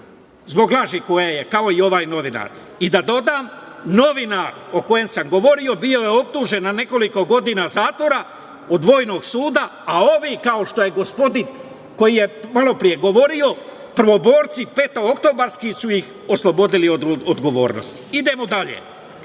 zbog laži koje je kao i ovaj novinar iznosila. Da dodam, novinar o kojem sam govorio bio je optužen na nekoliko godina zatvora od vojnog suda, a ovi, kao što je gospodin koji je malopre govorio, prvoborci petooktobarski su ih oslobodili od odgovornosti. Idemo dalje.